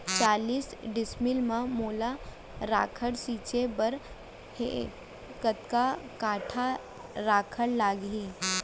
चालीस डिसमिल म मोला राखड़ छिंचे बर हे कतका काठा राखड़ लागही?